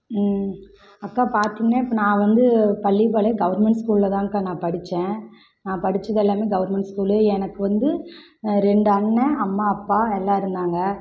அக்கா பார்த்திங்கன்ன நான் வந்து பள்ளிப்பாளையம் கவர்மெண்ட் ஸ்கூலில்தான்க்கா நான் படித்தேன் நான் படித்ததெல்லாமே கவர்மெண்ட் ஸ்கூலு எனக்கு வந்து ரெண்டு அண்ணன் அம்மா அப்பா எல்லாருந்தாங்க